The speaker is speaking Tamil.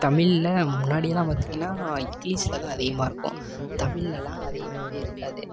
தமிழ்ல முன்னாடியெலாம் பார்த்தீங்கன்னா இங்கிலீஷில் தான் அதிகமாக இருக்கும் தமிழ்லலாம் அதிகமாகவே இருக்காது